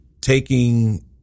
taking